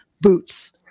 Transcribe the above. boots